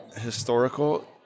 historical